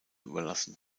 überlassen